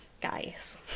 Guys